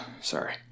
Sorry